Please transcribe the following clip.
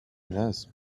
nurse